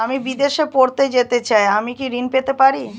আমি বিদেশে পড়তে যেতে চাই আমি কি ঋণ পেতে পারি?